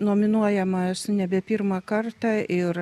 nominuojama esu nebe pirmą kartą ir